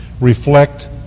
reflect